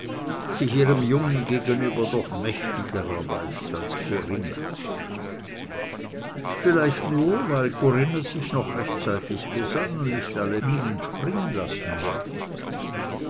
sich ihrem jungen gegenüber doch mächtiger erweist als corinna vielleicht nur weil corinna sich noch rechtzeitig besann und nicht alle minen springen lassen wollte